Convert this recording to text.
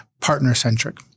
partner-centric